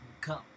come